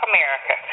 America